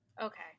Okay